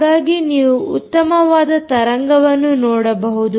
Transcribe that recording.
ಹಾಗಾಗಿ ನೀವು ಉತ್ತಮವಾದ ತರಂಗವನ್ನು ನೋಡಬಹುದು